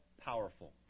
powerful